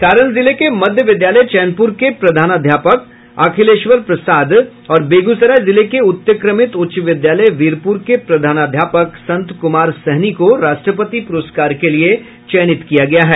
सारण जिले के मध्य विद्यालय चैनपुर के प्रधानाध्यापक अखिलेश्वर प्रसाद और बेगूसराय जिले के उत्क्रमित उच्च विद्यालय वीरपुर के प्रधानाध्यापक संत कुमार सहनी को राष्ट्रपति पुरस्कार के लिये चयनित किया गया है